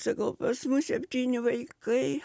sakau pas mus septyni vaikai